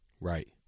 Right